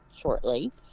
shortly